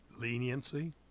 leniency